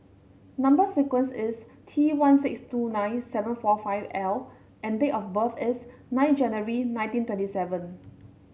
number sequence is T one six two nine seven four five L and date of birth is nine January nineteen twenty seven